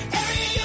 area